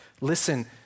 Listen